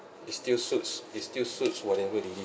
its still suits it still suits whatever they need